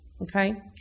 Okay